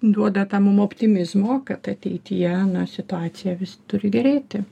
duoda tam optimizmo kad ateityje na situacija vis turi gerėti